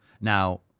Now